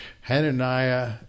Hananiah